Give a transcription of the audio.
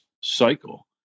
cycle